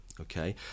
okay